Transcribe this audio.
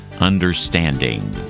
understanding